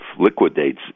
liquidates